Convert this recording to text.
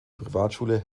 privatschule